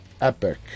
epic